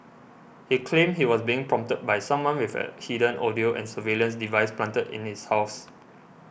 he claimed he was being prompted by someone with a hidden audio and surveillance device planted in his house